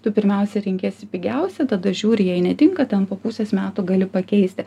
tu pirmiausia renkiesi pigiausią tada žiūri jei netinka ten po pusės metų gali pakeisti